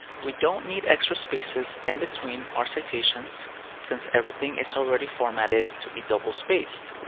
we don't need extra spaces in between our citations since everything is already formatted to be double-spaced.